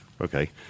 Okay